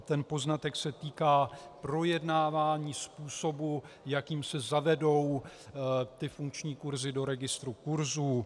Ten poznatek se týká projednávání způsobu, jakým se zavedou funkční kurzy do registru kurzů.